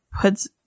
puts